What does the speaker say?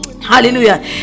Hallelujah